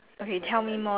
okay